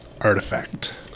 Artifact